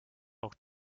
auch